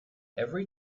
every